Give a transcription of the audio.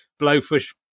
blowfish